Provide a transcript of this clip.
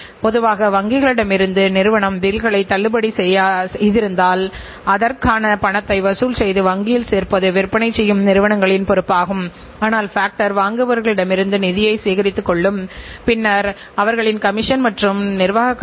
ஆனால் இலாப நோக்கற்ற நிறுவனமாக இருக்கும்போது நாம் இலாபத்தில் கவனம் செலுத்தாதபோது நாம் அடைய வேண்டிய இறுதி நோக்கங்கள் என்னவென்று கண்டுபிடித்து அதற்கான கட்டுப்பாட்டு அமைப்பை உருவாக்க வேண்டும்